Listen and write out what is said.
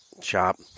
shop